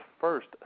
first